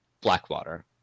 Blackwater